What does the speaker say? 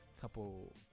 couple